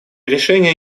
решение